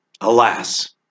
alas